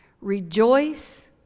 rejoice